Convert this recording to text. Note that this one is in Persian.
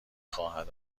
خواهد